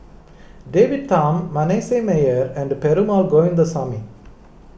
David Tham Manasseh Meyer and Perumal Govindaswamy